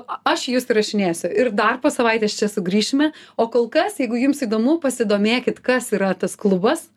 aš jus įrašinėsiu ir dar po savaitės čia sugrįšime o kol kas jeigu jums įdomu pasidomėkit kas yra tas klubas